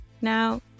Now